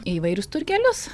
į įvairius turgelius